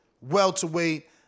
welterweight